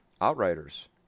Outriders